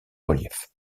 relief